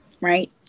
Right